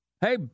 Hey